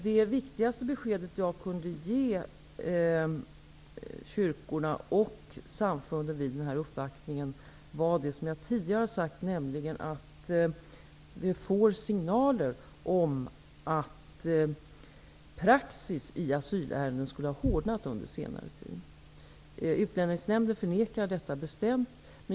Det viktigaste beskedet jag kunde ge kyrkorna och samfunden vid uppvaktningen var det som jag tidigare har sagt, nämligen att vi får signaler om att praxis i asylärenden skulle ha hårdnat under senare tid. Utlänningsnämnden förnekar detta bestämt.